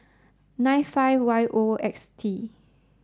nine five Y O X T